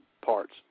parts